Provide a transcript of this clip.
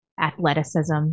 athleticism